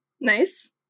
Nice